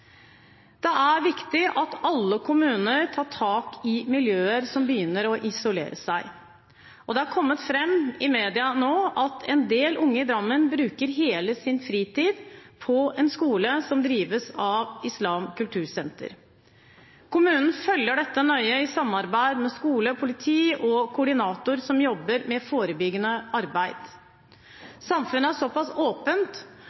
Det er viktig at alle kommuner tar tak i miljøer som begynner å isolere seg. Det er kommet fram i media nå at en del unge i Drammen bruker hele sin fritid på en skole som drives av Det islamske kultursenter. Kommunen følger dette nøye i samarbeid med skole, politi og koordinator som jobber med forebyggende